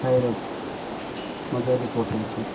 खाएर मजाले पचाउँछु